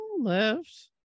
left